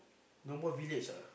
no more village ah